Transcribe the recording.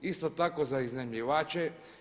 Isto tako za iznajmljivače.